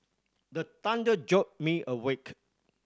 the thunder jolt me awake